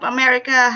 America